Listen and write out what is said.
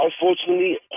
Unfortunately